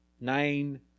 Nine